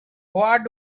what